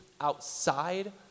outside